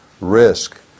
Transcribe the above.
risk